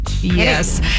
Yes